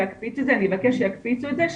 אני אבקש שיקפיצו את זה,